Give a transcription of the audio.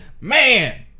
man